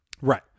Right